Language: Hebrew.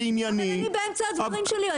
אני באמצע הדברים שלי.